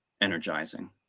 energizing